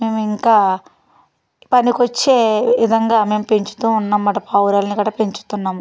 మేము ఇంకా పనికొచ్చే విధంగా మేము పెంచుతు ఉన్నాం అన్నమాట పావురాలని గటా పెంచుతున్నాము